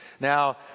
Now